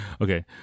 Okay